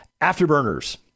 afterburners